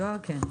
של הדואר, כן.